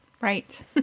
Right